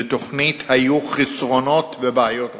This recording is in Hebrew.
לתוכנית היו חסרונות ובעיות רבות,